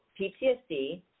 PTSD